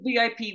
VIP